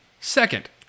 Second